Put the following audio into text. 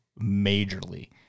majorly